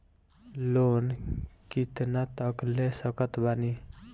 Loan कितना तक ले सकत बानी?